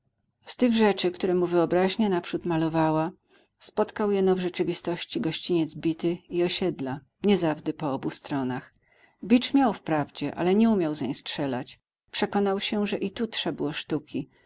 z tych rzeczy które mu wyobraźnia naprzód malowała spotkał jeno w rzeczywistości gościniec bity i osiedla nie zawdy po obu stronach bicz miał wprawdzie ale nie umiał zeń strzelać przekonał się że i tu trza było sztuki